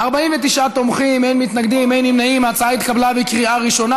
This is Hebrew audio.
להעביר את הצעת חוק הבוררות (תיקון מס' 3) (ערעור לפני בורר),